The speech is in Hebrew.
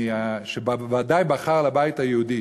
שבוודאי בחר לבית היהודי,